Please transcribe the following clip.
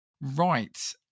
Right